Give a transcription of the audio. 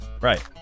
Right